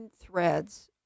threads